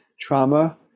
trauma